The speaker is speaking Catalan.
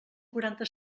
quaranta